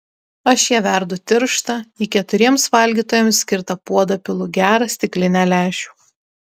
aš ją verdu tirštą į keturiems valgytojams skirtą puodą pilu gerą stiklinę lęšių